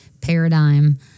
Paradigm